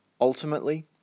ultimately